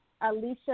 Alicia